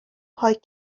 پاک